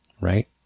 right